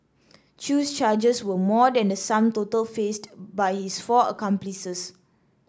Chew's charges were more than the sum total faced by his four accomplices